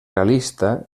realista